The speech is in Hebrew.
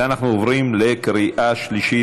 ואנחנו עוברים לקריאה שלישית.